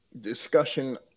discussion